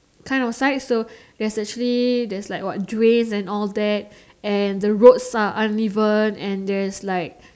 kind of side so there's actually there's like what drain and all that and the roads are uneven and there's like